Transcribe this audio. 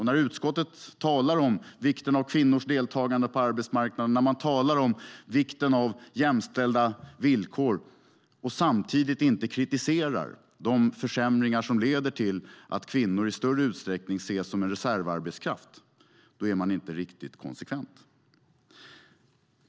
När utskottet talar om vikten av kvinnors deltagande på arbetsmarknaden och när man talar om vikten av jämställda villkor men samtidigt inte kritiserar de försämringar som leder till att kvinnor i större utsträckning ses som reservarbetskraft, då är man inte riktigt konsekvent.